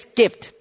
gift